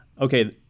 Okay